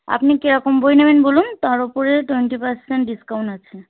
আপনি কেরকম বই নেবেন বলুন তার ওপরে টোয়েন্টি পার্সেন্ট ডিসকাউন্ট আছে